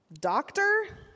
Doctor